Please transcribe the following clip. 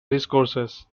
discourses